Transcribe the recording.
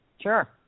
Sure